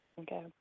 Okay